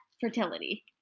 fertility